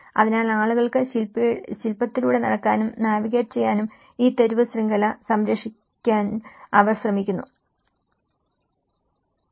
അതിനാൽ ആളുകൾക്ക് ശിൽപത്തിലൂടെ നടക്കാനും നാവിഗേറ്റ് ചെയ്യാനും ഈ തെരുവ് ശൃംഖല സംരക്ഷിക്കാൻ അവർ ശ്രമിക്കുന്നു